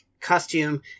costume